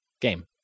game